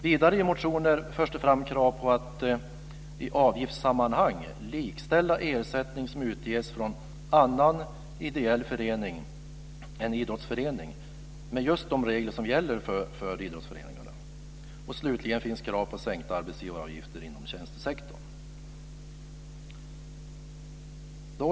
Vidare förs det i motioner fram krav på att i avgiftssammanhang likställa ersättning som utges från annan ideell förening än idrottsförening med just de regler som gäller för idrottsföreningarna. Slutligen finns krav på sänkta arbetsgivaravgifter inom tjänstesektorn.